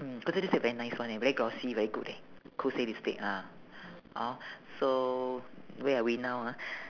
mm kose lipstick very nice [one] leh very glossy very good leh kose lipstick ah hor so where are we now ah